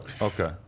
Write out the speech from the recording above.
Okay